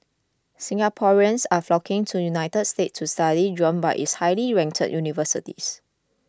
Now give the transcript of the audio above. Singaporeans are flocking to United States to study drawn by its highly ranked universities